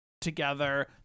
together